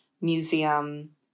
museum